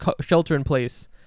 shelter-in-place